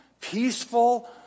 peaceful